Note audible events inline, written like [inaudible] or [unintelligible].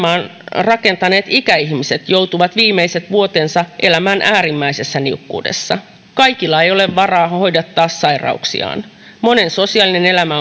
rakentaneet ikäihmiset joutuvat viimeiset vuotensa elämään äärimmäisessä niukkuudessa kaikilla ei ole varaa hoidattaa sairauksiaan monen sosiaalinen elämä [unintelligible]